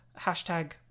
hashtag